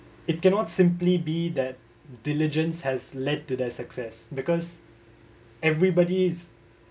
it cannot simply be that diligence has led to their success because everybody's